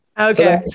Okay